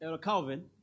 Calvin